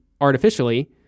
artificially